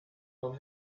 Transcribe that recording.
nou